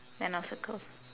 then I'll circle